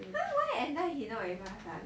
why every time he not with us ah